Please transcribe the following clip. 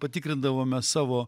patikrindavome savo